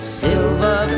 silver